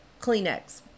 Kleenex